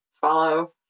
follow